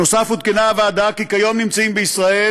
נוסף על כך עודכנה הוועדה כי כיום נמצאים בישראל